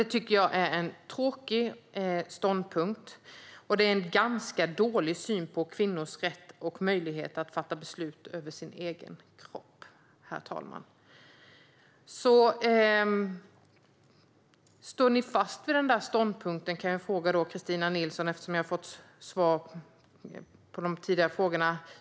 Det tycker jag är en tråkig ståndpunkt och en ganska dålig syn på kvinnans rätt och möjlighet att fatta beslut om sin egen kropp. Står ni fast vid den ståndpunkten? kan jag fråga Kristina Nilsson eftersom jag har fått svar på de tidigare frågorna.